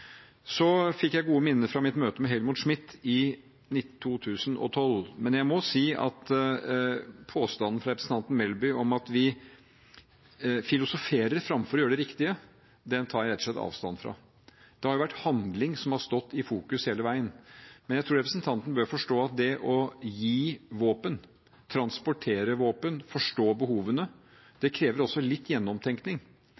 Så fikk jeg gode minner fra mitt møte med Helmut Schmidt i 2012. Men jeg må si at påstanden fra representanten Melby om at vi filosoferer framfor å gjøre det riktige, tar jeg rett og slett avstand fra. Det har vært handling som har stått i fokus hele veien. Jeg tror representanten bør forstå at det å gi våpen, transportere våpen og forstå behovene